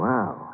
Wow